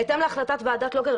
בהתאם להחלטת ועדת לוקר,